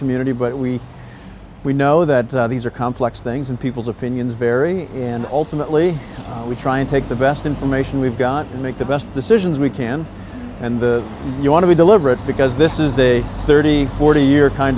community but we we know that these are complex things and people's opinions vary and ultimately we try and take the best information we've got and make the best decisions we can and the you want to be deliberate because this is a thirty forty year kind